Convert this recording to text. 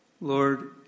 Lord